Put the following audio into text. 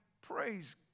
praise